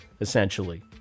essentially